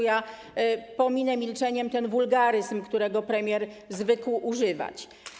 Ja pominę milczeniem ten wulgaryzm, którego premier zwykł używać.